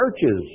churches